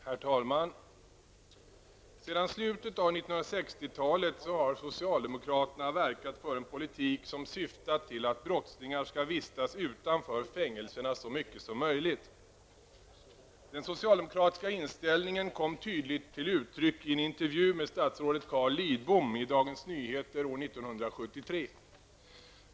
Herr talman! Sedan slutet av 1960-talet har socialdemokraterna verkat för en politik som syftat till att brottslingar skall vistas utanför fängelserna så mycket som möjligt. Den socialdemokratiska inställningen kom tydligt till uttryck i en intervju med statsrådet Carl Lidbom i Dagens Nyheter år 1973.